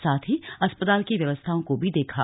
साथ ही अस्पताल की व्यवस्थाओं को भी देखा